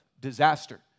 disaster